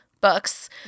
Books